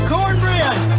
Cornbread